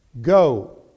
Go